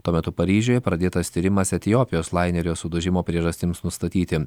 tuo metu paryžiuje pradėtas tyrimas etiopijos lainerio sudužimo priežastims nustatyti